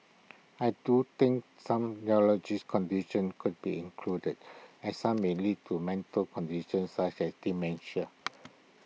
I do think some neurological conditions could be included as some may lead to mental conditions such as dementia